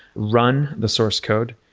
run the source code,